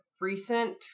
recent